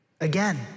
Again